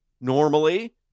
Normally